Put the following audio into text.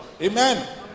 Amen